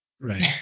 Right